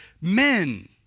men